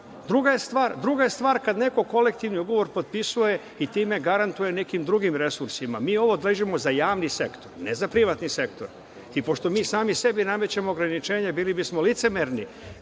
je stvar kad neko kolektivni ugovor potpisuje i time garantuje nekim drugim resursima. Mi ovo određujemo za javni sektor, ne za privatni sektor. Pošto mi sami sebi namećemo ograničenje, bili bismo licemerni